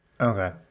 Okay